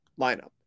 lineup